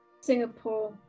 Singapore